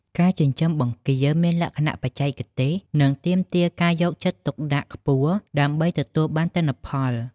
ការចិញ្ចឹមបង្គាមានលក្ខណៈបច្ចេកទេស និងទាមទារការយកចិត្តទុកដាក់ខ្ពស់ ដើម្បីទទួលបានទិន្នផលល្អ។